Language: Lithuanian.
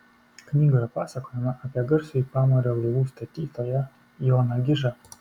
knygoje pasakojama apie garsųjį pamario laivų statytoją joną gižą